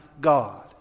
God